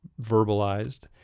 verbalized